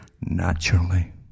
naturally